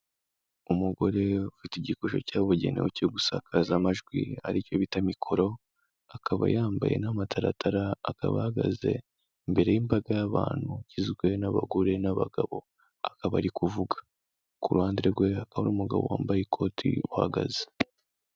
Umugore ufite igikoresho cyabugenewe cyo gusakaza amajwi ari cyo bita mikoro, akaba yambaye n'amataratara, akaba ahagaze imbere y'imbaga y'abantu igizwe n'abagore n'abagabo akaba ari kuvuga. Ku ruhande rwe hakaba hari umugabo wambaye ikoti uhagaze.